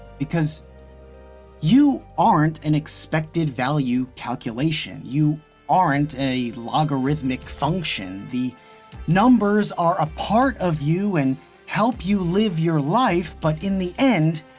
because you aren't an expected value calculation. you aren't a logarithmic function. the numbers are a part of you and help you live your life. but in the end,